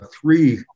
three